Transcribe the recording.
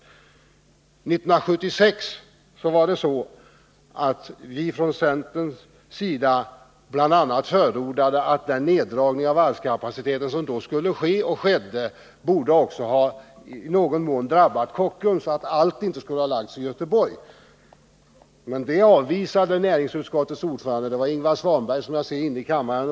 År 1976 förordade vi i centern bl.a. att den neddragning av varvskapaciteten som då skulle ske — och som även skedde — i någon mån borde ha drabbat Kockums och inte bara Göteborg, men det förslaget avvisade näringsutskottets ordförande Ingvar Svanberg, som jag nu ser inne i kammaren.